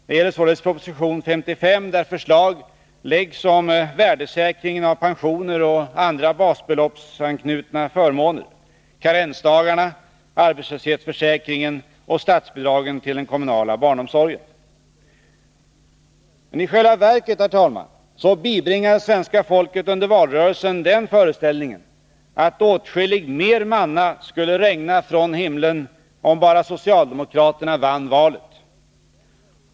Det gäller således proposition 55 där förslag läggs fram om värdesäkringen av pensioner och andra basbeloppsanknutna förmåner, karensdagarna, arbetslöshetsförsäkringen och statsbidragen till den kommunala barnomsorgen. I själva verket bibringades svenska folket under valrörelsen den föreställningen att åtskilligt mer manna skulle regna från himlen, om bara socialdemokraterna vann valet.